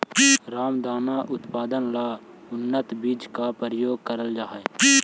रामदाना के उत्पादन ला उन्नत बीज का प्रयोग करल जा हई